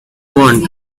want